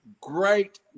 Great